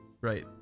right